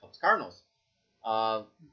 Cubs-Cardinals